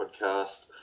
Podcast